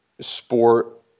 sport